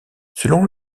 selon